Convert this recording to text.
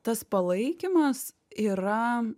tas palaikymas yra